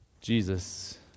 Jesus